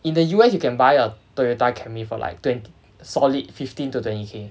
in the U_S you can buy a toyota camry for like twenty solid fifteen to twenty K